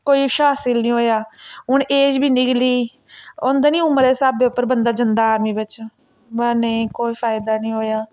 कोई कुछ हासल नी होएआ हून ऐज बी निकली ई होंदा नी उमरै दे स्हाबै पर बंदा जंदा आर्मी बिच्च बा नेईं कोई फायदा नेईं होएआ